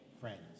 friends